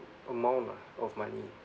amount ah of money